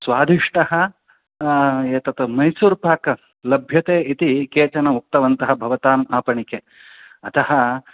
स्वादिष्टः एतत् मैसूर् पाक् लभ्यते इति केचन उक्तवन्तः भवताम् आपणिके अतः